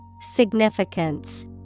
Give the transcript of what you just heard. Significance